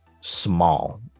small